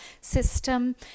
system